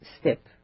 step